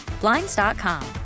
Blinds.com